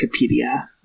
Wikipedia